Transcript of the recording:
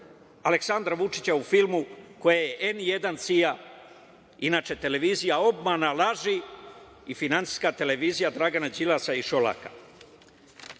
Aleksandra Vučića u filmu koji je N1 CIA, inače televizija obmana i laži i finansijska televizija Dragana Đilasa i Šolaka. Na